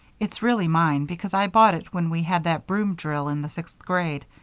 it's really mine because i bought it when we had that broom drill in the sixth grade.